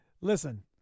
Listen